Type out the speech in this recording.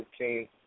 15